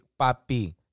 Papi